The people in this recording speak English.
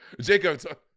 Jacob